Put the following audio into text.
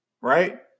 Right